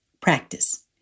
Practice